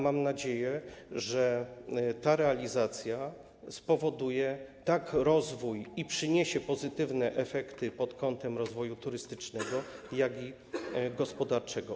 Mam nadzieję, że ta realizacja spowoduje rozwój, że przyniesie pozytywne efekty pod kątem rozwoju turystycznego i gospodarczego.